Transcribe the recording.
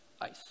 ice